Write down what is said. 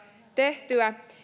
tehtyä